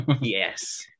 yes